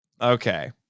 Okay